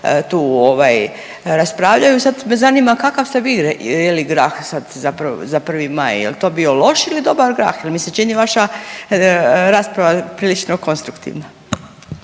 raspravljaju i sad me zanima kakav ste vi jeli grah sad za 1. maj? Je li to bio loš ili dobar grah jer mi se čini vaša rasprava prilično konstruktivna.